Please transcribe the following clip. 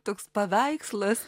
toks paveikslas